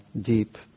deep